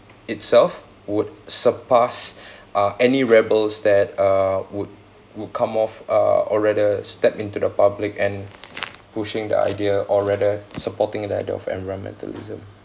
itself would surpass uh any rebels that uh would would come off uh or rather step into the public and pushing the idea or rather supporting the idea of environmentalism